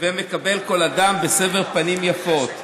הווי מקבל כל אדם בסבר פנים יפות".